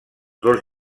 dos